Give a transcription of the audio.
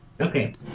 Okay